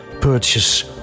purchase